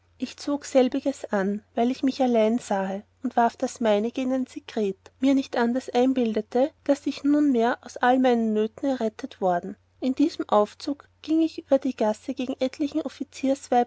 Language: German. ich zog selbiges an weil ich mich allein sahe und warf das meinige in ein sekret mir nicht anders einbildende als daß ich nunmehr aus allen meinen nöten errettet worden in diesem aufzug gieng ich über die gasse gegen etlichen